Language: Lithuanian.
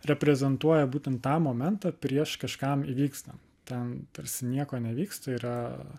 reprezentuoja būtent tą momentą prieš kažkam įvykstant ten tarsi nieko nevyksta yra